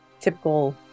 Typical